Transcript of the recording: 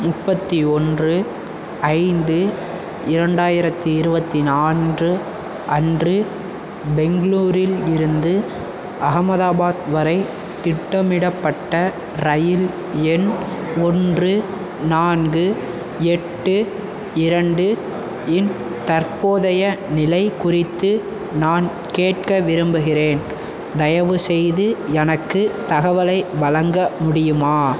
முப்பத்தி ஒன்று ஐந்து இரண்டாயிரத்தி இருபத்தி நான்கு அன்று பெங்களூரில் இருந்து அகமதாபாத் வரை திட்டமிடப்பட்ட இரயில் எண் ஒன்று நான்கு எட்டு இரண்டு இன் தற்போதைய நிலை குறித்து நான் கேட்க விரும்புகிறேன் தயவுசெய்து எனக்கு தகவலை வழங்க முடியுமா